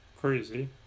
crazy